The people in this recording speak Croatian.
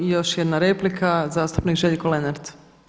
Još jedna replika, zastupnik Željko Lenart.